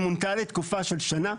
היא מונתה לתקופה של שנה.